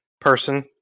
person